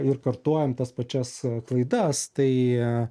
ir kartojam tas pačias klaidas tai